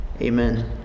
amen